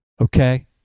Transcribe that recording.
Okay